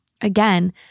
Again